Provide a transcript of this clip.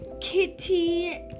Kitty